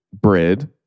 bread